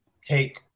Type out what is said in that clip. Take